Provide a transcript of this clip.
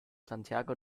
santiago